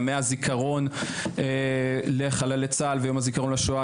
בימי הזיכרון לחללי צה"ל ויום הזיכרון לשואה,